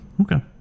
Okay